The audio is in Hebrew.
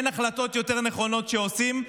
אין החלטות יותר נכונות שעושים.